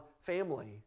family